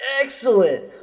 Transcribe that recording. Excellent